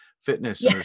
fitness